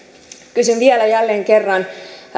kysyn vielä jälleen kerran